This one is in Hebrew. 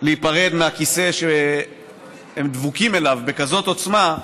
להיפרד מהכיסא שהם דבוקים אליו בכזאת עוצמה,